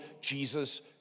Jesus